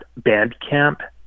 Bandcamp